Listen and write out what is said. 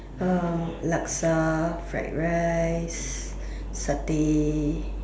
um laksa fried rice satay